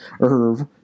Irv